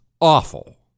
awful